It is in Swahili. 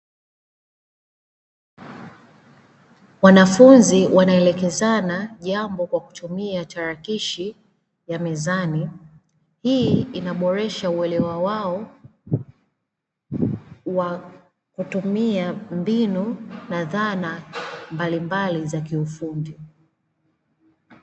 Wanafunzi wanaelekezana jambo kwa kutumia tarakilishi ya mezani, hii inaboresha uelewa wao wa kutumia mbinu na dhana mbalimbali za kiufundi.